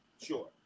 sure